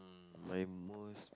mm my most